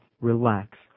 relax